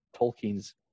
Tolkien's –